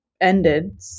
ended